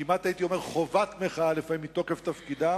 כמעט הייתי אומר חובת מחאה, לפעמים, מתוקף תפקידם?